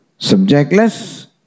subjectless